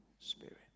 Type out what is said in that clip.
Spirit